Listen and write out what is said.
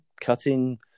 cutting